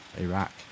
Iraq